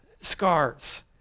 scars